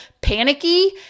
panicky